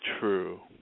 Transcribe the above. true